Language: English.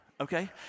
Okay